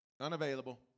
Unavailable